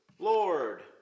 Lord